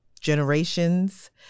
generations